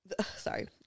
sorry